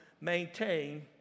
maintain